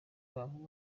babo